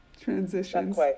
Transitions